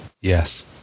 yes